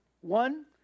one